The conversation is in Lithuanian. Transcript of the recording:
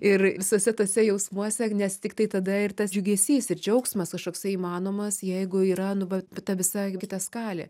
ir visuose tuose jausmuose nes tiktai tada ir tas džiugesys ir džiaugsmas kažkoksai įmanomas jeigu yra nu va ta visai kita skalė